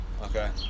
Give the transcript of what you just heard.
Okay